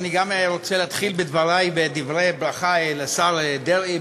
אני גם רוצה להתחיל בדברי ברכה לשר דרעי,